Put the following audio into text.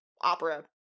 opera